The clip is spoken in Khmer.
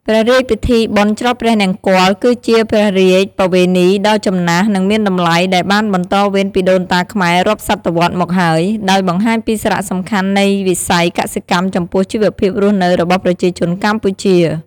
ព្រះរាជពិធីបុណ្យច្រត់ព្រះនង្គ័ល គឺជាព្រះរាជបវេណីដ៏ចំណាស់ និងមានតម្លៃ ដែលបានបន្តវេនពីដូនតាខ្មែររាប់សតវត្សរ៍មកហើយ ដោយបង្ហាញពីសារៈសំខាន់នៃវិស័យកសិកម្មចំពោះជីវភាពរស់នៅរបស់ប្រជាជនកម្ពុជា។